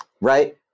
Right